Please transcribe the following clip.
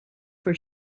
for